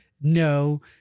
no